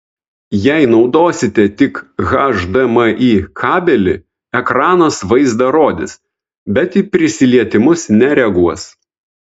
jei naudosite tik hdmi kabelį ekranas vaizdą rodys bet į prisilietimus nereaguos